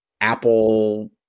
Apple